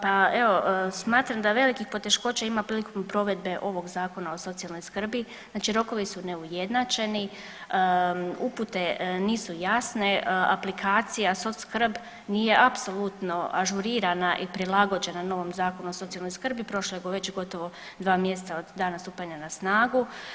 Pa evo smatram da velikih poteškoća ima prilikom provedbe ovog Zakona o socijalnoj skrbi, znači rokovi su neujednačeni, upute nisu jasne, aplikacija SocSkrb nije apsolutno ažurirana i prilagođena novom Zakonu o socijalne skrbi, prošlo je već i gotovo dva mjeseca od dana stupanja na snagu.